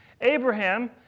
Abraham